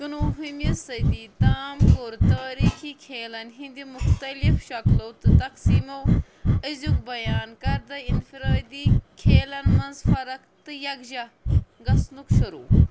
کنوُہمہِ صٔدی تام کوٚر تٲریٖخی کھیلن ہِنٛدِ مُختلِف شكلو تہٕ تقسیٖمو أزیُک بیان کردٕ اِنفرٲدی کھیلن منٛز فرق تہٕ یکجاہ گژھنُک شروٗع